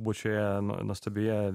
būt šioje nuo nuostabioje